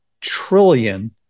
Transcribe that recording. trillion